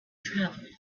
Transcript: travelled